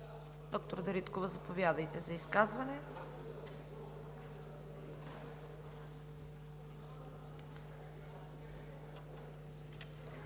Доктор Дариткова, заповядайте за изказване.